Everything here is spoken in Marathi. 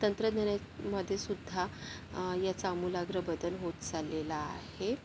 तंत्रज्ञानामध्येसुद्धा याचा आमूलाग्र बदल होत चाललेला आहे